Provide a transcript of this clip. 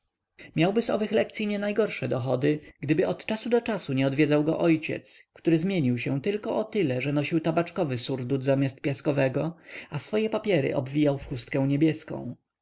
z owych lekcyi nienajgorsze dochody gdyby od czasu do czasu nie odwiedzał go ojciec który zmienił się tylko o tyle że nosił tabaczkowy surdut zamiast piaskowego a swoje papiery obwijał w chustkę niebieską